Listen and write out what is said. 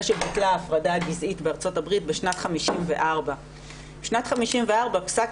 שבוטלה ההפרדה הגזעית בארצות הברית בשנת 54'. בשנת 54' פסק